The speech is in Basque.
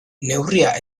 neurria